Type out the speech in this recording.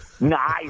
Nice